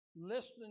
Listening